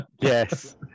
Yes